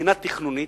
מבחינה תכנונית,